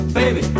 baby